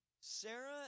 Sarah